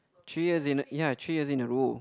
three years in ya three years in a row